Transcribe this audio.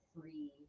free